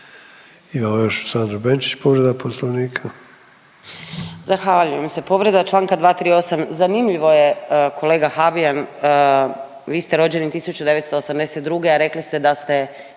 Poslovnika. **Benčić, Sandra (Možemo!)** Zahvaljujem se. Povreda Članka 238., zanimljivo je kolega Habijan vi ste rođeni 1982., a rekli ste da ste